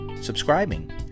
subscribing